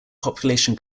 population